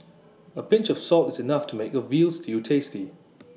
A pinch of salt is enough to make A Veal Stew tasty